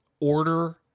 order